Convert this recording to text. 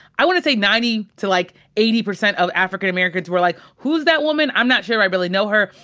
i want to say ninety percent to like eighty percent of african americans were, like who's that woman? i'm not sure i really know her,